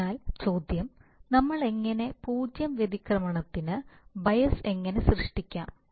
അതിനാൽ ചോദ്യം നമ്മൾ എങ്ങനെ 0 വ്യതിക്രമണത്തിന് ബയസ് എങ്ങനെ സൃഷ്ടിക്കാം